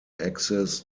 access